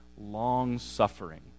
long-suffering